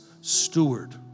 steward